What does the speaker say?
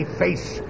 face